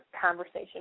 conversation